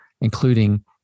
including